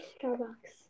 Starbucks